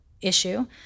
issue